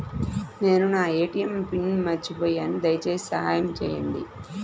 నేను నా ATM pin మర్చిపోయాను దయచేసి సహాయం చేయండి